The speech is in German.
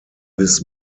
bis